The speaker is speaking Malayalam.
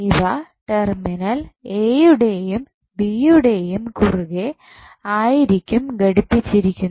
ഇവ ടെർമിനൽ എ യുടെയും ബി യുടെയും കുറുകെ ആയിരിക്കും ഘടിപ്പിച്ചിരിക്കുന്നത്